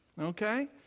Okay